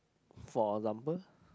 for example